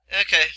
Okay